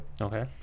Okay